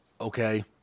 Okay